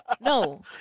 No